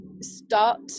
start